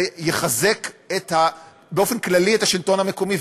זה יחזק באופן כללי את השלטון המקומי,